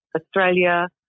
Australia